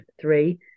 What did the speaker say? three